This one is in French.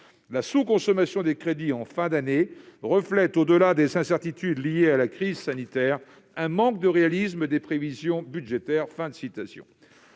La sous-consommation des crédits en fin d'année reflète, au-delà des incertitudes liées à la crise sanitaire, un manque de réalisme des prévisions budgétaires.